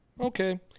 Okay